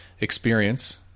experience